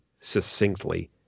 succinctly